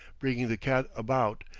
bringing the cat about,